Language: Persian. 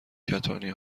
کتانی